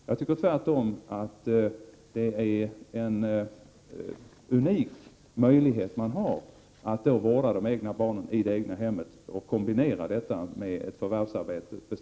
Jag tycker tvärtom att det är en unik möjlighet man har att vårda de egna barnen i det egna hemmet och kombinera detta med ett förvärvsarbete bestående i vård av andras barn.